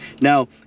Now